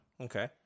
Okay